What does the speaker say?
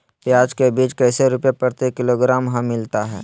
प्याज के बीज कैसे रुपए प्रति किलोग्राम हमिलता हैं?